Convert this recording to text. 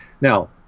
Now